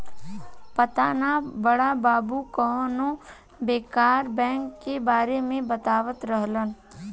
पाता ना बड़ा बाबु कवनो बैंकर बैंक के बारे में बतावत रहलन